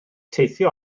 teithio